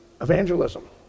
evangelism